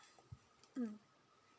mm